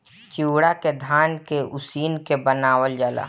चिवड़ा के धान के उसिन के बनावल जाला